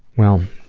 well,